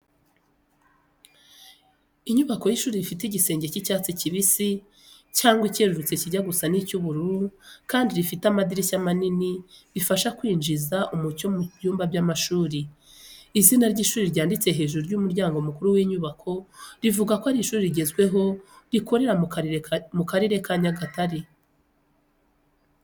Inyubako y’ishuri rifite igisenge cy’icyatsi kibisi cyangwa icyerurutse kijya gusa n'icy’ubururu kandi rifite amadirishya manini bifasha kwinjiza umucyo mu byumba by’amashuri. Izina ry’ishuri ryanditse hejuru y’umuryango mukuru w’inyubako, rivuga ko ari ishuri rigezweho rikorera mu Karere ka Nyagatare.